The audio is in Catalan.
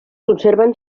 conserven